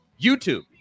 YouTube